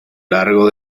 largo